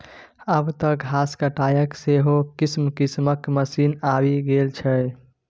आब तँ घास काटयके सेहो किसिम किसिमक मशीन आबि गेल छै